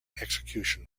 execution